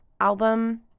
album